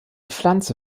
pflanze